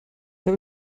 habe